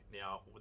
Now